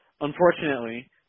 unfortunately